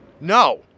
No